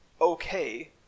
okay